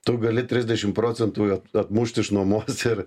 tu gali trisdešim procentų jo atmušti iš nuomos ir